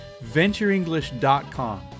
VentureEnglish.com